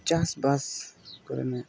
ᱪᱟᱥᱵᱟᱥ ᱠᱚᱨᱮᱱᱟᱜ